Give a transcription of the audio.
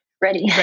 ready